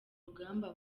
rugamba